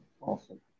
Awesome